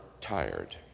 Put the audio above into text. tired